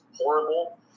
horrible